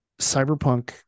cyberpunk